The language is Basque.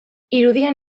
irudian